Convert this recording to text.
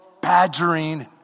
badgering